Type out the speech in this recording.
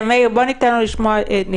מאיר, בוא ניתן לו להשמיע את הנימוק הבריאותי.